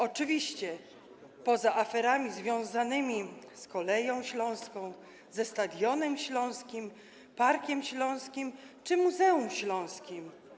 Oczywiście poza aferami związanymi z Kolejami Śląskimi, ze Stadionem Śląskim, Parkiem Śląskim czy Muzeum Śląskim.